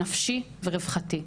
נפשי ורווחתי.